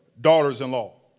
daughters-in-law